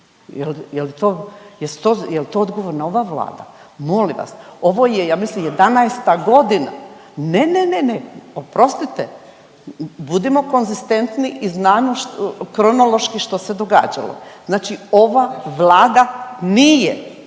Je li to odgovorna ova Vlada? Molim vas! Ovo je ja mislim 11 godina. Ne, ne, ne oprostite. Budimo konzistentni i znamo kronološki što se događalo. Znači ova Vlada nije